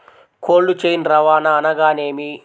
Cold chain రవాణా అనగా నేమి?